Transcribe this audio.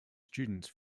students